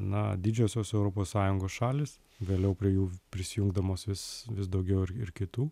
na didžiosios europos sąjungos šalys vėliau prie jų prisijungdamos vis vis daugiau ir ir kitų